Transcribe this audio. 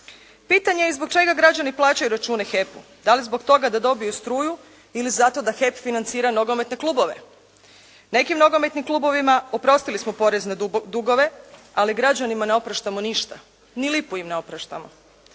Pitanje je zbog čega građani plaćaju račune HEP-u? da li zbog toga da dobiju struju ili zato da HEP financira nogometne klubove? Nekim nogometnim klubovima oprostili smo porezne dugove, ali građanima ne opraštamo ništa, ni lipu im ne opraštamo.